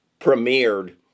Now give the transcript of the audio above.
premiered